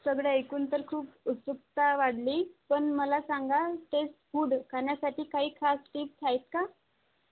सगळे ऐकून तर खूप उत्सुकता वाढली पण मला सांगा तेच फूड खाण्यासाठी काही खास टीप्स आहेत का